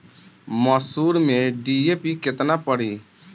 मसूर में डी.ए.पी केतना पड़ी?